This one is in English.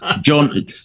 john